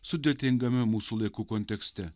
sudėtingame mūsų laikų kontekste